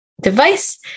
device